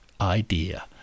idea